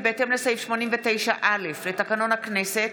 כי בהתאם לסעיף 89(א) לתקנון הכנסת